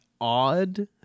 odd